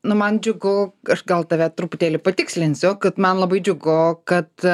nu man džiugu kad aš gal tave truputėlį patikslinsiu kad man labai džiugu kad